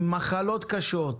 עם מחלות קשות שפונו.